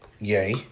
Yay